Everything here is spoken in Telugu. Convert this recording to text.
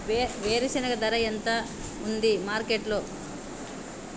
వేరుశెనగ ధర ఎంత ఉంది మార్కెట్ లో?